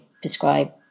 prescribe